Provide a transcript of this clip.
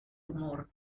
humor